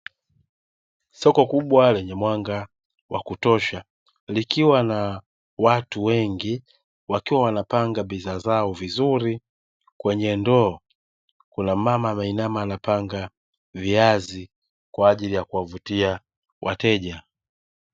Soko kubwa lenye mwanga wa kutosha likiwa na watu wengi wakiwa wanapanga bidhaa zao vizuri, kwenye ndoo kuna mmama ameinama anapanga viazi kwa ajili ya kuwavutia wateja.